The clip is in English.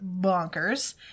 bonkers